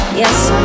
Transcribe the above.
yes